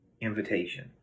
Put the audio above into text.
invitation